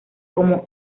como